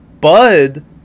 Bud